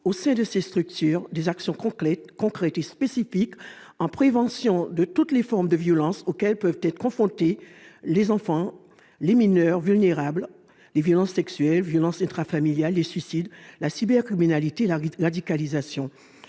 au sein de ces structures, des actions concrètes et spécifiques en prévention de toutes les formes de violences auxquelles peuvent être confrontés les enfants et les mineurs vulnérables- les violences sexuelles, les violences intrafamiliales, les suicides, la cybercriminalité, la radicalisation.